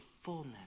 fullness